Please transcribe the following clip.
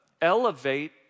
elevate